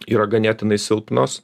yra ganėtinai silpnos